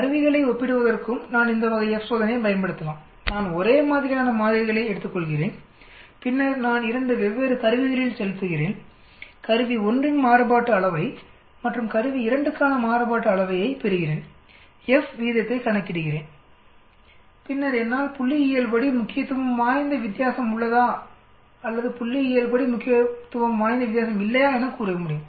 கருவிகளை ஒப்பிடுவதற்கும் நான் இந்த வகை Fசோதனையைப் பயன்படுத்தலாம் நான் ஒரே மாதிரியான மாதிரிகளை எடுத்துக்கொள்கிறேன் பின்னர் நான் 2 வெவ்வேறு கருவிகளில் செலுத்துகிறேன் கருவி 1 இன் மாறுபாட்டு அளவை மற்றும் கருவி 2 க்கான மாறுபாட்டு அளவை யைப் பெறுகிறேன் F விகிதத்தை கணக்கிகிறேன் பின்னர் என்னால் புள்ளியியல்படி முக்கியத்துவம் வாய்ந்த வித்தியாசம் உள்ளதா அல்லது புள்ளியியல்படி முக்கியத்துவம் வாய்ந்த வித்தியாசம் இல்லையா எனக் கூற முடியும்